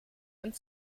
und